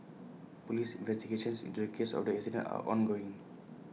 Police investigations into the case of the accident are ongoing